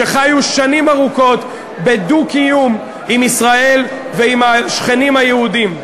שחיו שנים ארוכות בדו-קיום עם ישראל ועם השכנים היהודים.